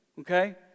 okay